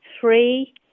three